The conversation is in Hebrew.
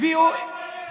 לא מתבייש.